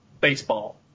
baseball